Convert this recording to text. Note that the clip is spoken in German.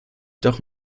doch